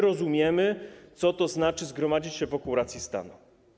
Rozumiemy, co to znaczy zgromadzić się wokół racji stanu.